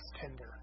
tender